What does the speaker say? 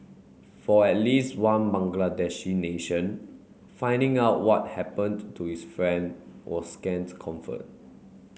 for at least one Bangladeshi nation finding out what happened to his friend was scant comfort